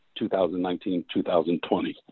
2019-2020